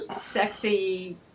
sexy